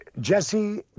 Jesse